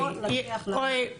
לא נצליח לעמוד.